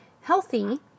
healthy